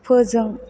फोजों